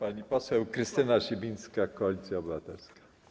Pani poseł Krystyna Sibińska, Koalicja Obywatelska.